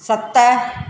सत